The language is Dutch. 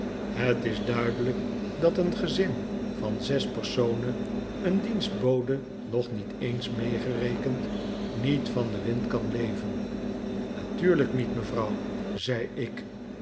het is duidelijk dat een gezin van zes personen een dienstbode nog niet eens meegerekend niet van den wind kan leven natuurlijk niet mevrouw zei ik